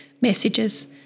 messages